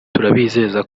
turabizeza